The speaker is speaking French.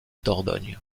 dordogne